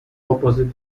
opposite